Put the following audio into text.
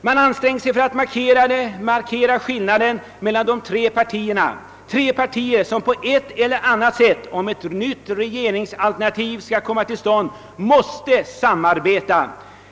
Man anstränger sig att markera skillnaderna mellan de tre partier, som på ett eller annat sätt, om ett nytt regeringsalternativ skall komma till stånd, måste samarbeta.